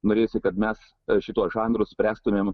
norėsi kad mes šituos žanrus spręstumėm